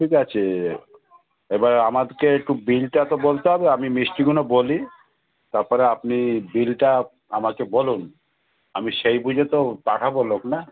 ঠিক আছে এবার আমাকে একটু বিলটা তো বলতে হবে আমি মিষ্টিগুলো বলি তারপরে আপনি বিলটা আমাকে বলুন আমি সেই বুঝে তো পাঠাবো লোক না